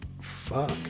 Fuck